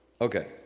Okay